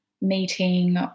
meeting